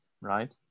right